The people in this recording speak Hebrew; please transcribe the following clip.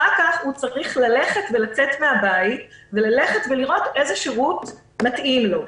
אחר כך הוא צריך לצאת מן הבית וללכת ולראות איזה שירות מתאים לו.